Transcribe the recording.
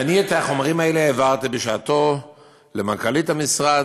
אני את החומרים האלה העברתי בשעתו למנכ"לית המשרד.